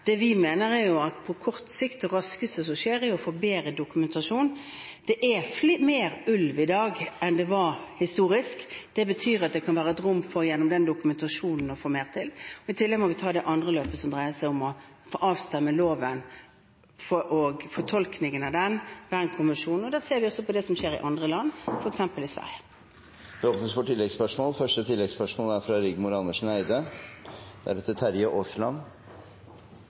vi mener, er at på kort sikt er det raskeste å få bedre dokumentasjon. Det er mer ulv i dag enn det var historisk. Det betyr at det kan være rom for gjennom den dokumentasjonen å få til mer. I tillegg må vi ta det andre løpet, som dreier seg om å avstemme loven og fortolkningen av den, og Bern-konvensjonen, og da ser vi også på det som skjer i andre land, f.eks. i Sverige. Det blir gitt anledning til oppfølgingsspørsmål – først Rigmor Andersen Eide.